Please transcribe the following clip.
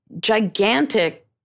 gigantic